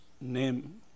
name